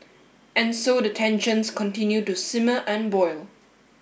and so the tensions continue to simmer and boil